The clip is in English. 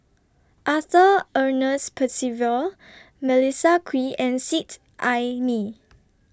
Arthur Ernest Percival Melissa Kwee and Seet Ai Mee